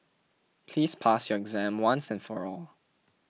please pass your exam once and for all